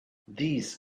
these